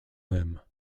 limb